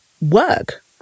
work